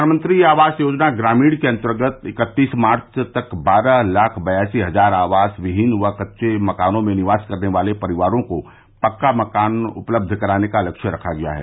प्रधानमंत्री आवास योजना ग्रामीण के अन्तर्गत इक्कतीस मार्च तक बारह लाख बयासी हजार आवास विहीन व कच्चे मकानों में निवास करने वाले परिवारों को पक्का मकान उपलब्ध कराने का लक्ष्य रखा गया है